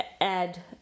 add